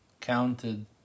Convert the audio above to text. counted